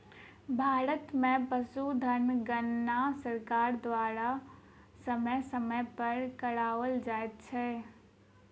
भारत मे पशुधन गणना सरकार द्वारा समय समय पर कराओल जाइत छै